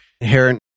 inherent